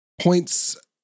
points